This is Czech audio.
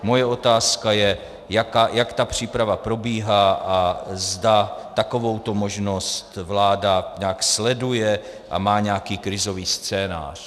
Moje otázka je, jak ta příprava probíhá a zda takovouto možnost vláda nějak sleduje a má nějaký krizový scénář.